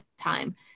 time